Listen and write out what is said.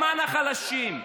למען החלשים,